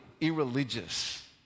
irreligious